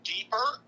Deeper